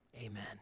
amen